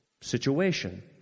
situation